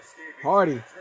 Hardy